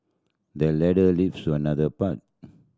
the ladder leaves to another path